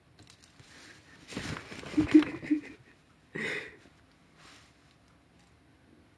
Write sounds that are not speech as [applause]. [laughs]